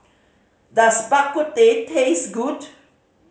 does Bak Kut Teh taste good